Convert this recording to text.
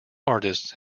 artists